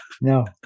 no